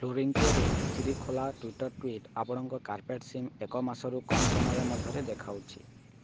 ଫ୍ଲୋରିଙ୍ଗକୋରେ ସିରି ଖୋଲା Twitter tweet ଆପଣଙ୍କ କାର୍ପେଟ୍ ସିମ୍ ଏକ ମାସରୁ କମ୍ ସମୟ ମଧ୍ୟରେ ଦେଖାଉଛି